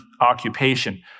occupation